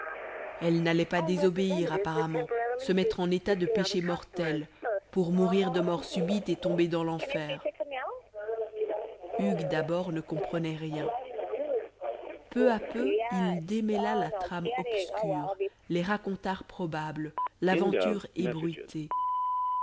elle n'allait pas désobéir apparemment se mettre en état de péché mortel pour mourir de mort subite et tomber dans l'enfer hugues d'abord ne comprenait rien peu à peu il démêla la trame obscure les racontars probables l'aventure ébruitée